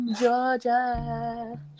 Georgia